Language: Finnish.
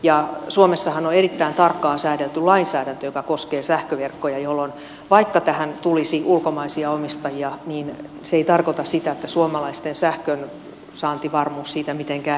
suomessahan on erittäin tarkkaan säädelty lainsäädäntö joka koskee sähköverkkoja jolloin vaikka tähän tulisi ulkomaisia omistajia niin se ei tarkoita sitä että suomalaisten sähkönsaantivarmuus siitä mitenkään heikkenisi